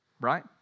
Right